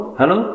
Hello